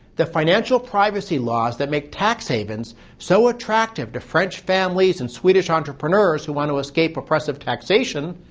the financial privacy laws that make tax havens so attractive to french families and swedish entrepreneurs who want to escape oppressive taxation,